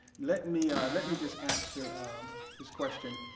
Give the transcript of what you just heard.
let me let me just answer his question.